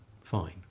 fine